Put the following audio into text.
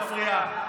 חברים, כאן 11 מפריע.